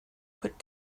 put